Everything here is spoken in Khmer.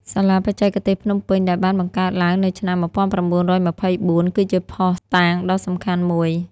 សាលាបច្ចេកទេសភ្នំពេញ ដែលបានបង្កើតឡើងនៅឆ្នាំ ១៩២៤ គឺជាភស្តុតាងដ៏សំខាន់មួយ។